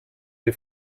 die